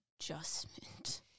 adjustment